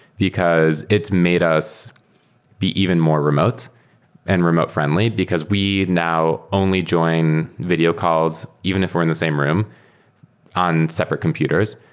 because it made us be even more remote and remote friendly, because we now only join video calls even if were in the same room on separate computers.